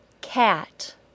cat